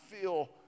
feel